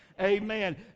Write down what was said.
Amen